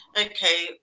okay